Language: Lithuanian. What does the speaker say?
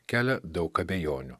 kelia daug abejonių